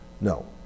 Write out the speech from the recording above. No